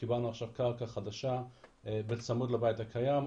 קיבלנו עכשיו קרקע חדשה בצמוד לבית הקיים,